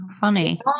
funny